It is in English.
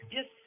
Yes